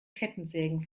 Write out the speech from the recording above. kettensägen